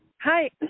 Hi